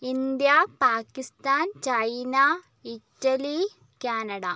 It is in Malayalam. India Pakistan China Italy Canada